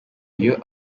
iyo